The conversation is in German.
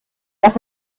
dass